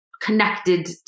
connected